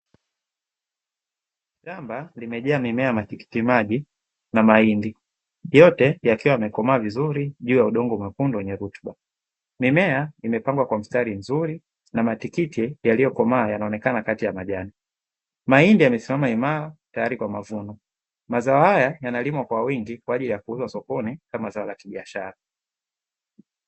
Shamba limejaa mimea ya matikitimaji na mahindi, yote yakiwa yamekomaa vizuri juu ya udongo mwekundu wenye rutuba. Mimea imepangwa kwa mstari mzuri na matikiti yaliyokomaa yanaonekana kati ya majani, mahindi yamesimama imara tayari kwa mavuno. Mazao haya yanalimwa kwa wingi kwa ajili ya kuuzwa sokoni kama zao la kibiashara.